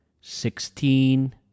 sixteen